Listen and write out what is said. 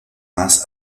más